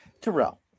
Terrell